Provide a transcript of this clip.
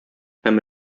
һәм